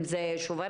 אם זה כרטיסים,